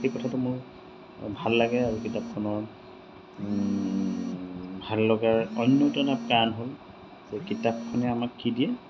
সেই কথাটো মোৰ ভাল লাগে আৰু কিতাপখনৰ ভাল লগাৰ অন্যতনা প্ৰাণ হ'ল যে কিতাপখনে আমাক কি দিয়ে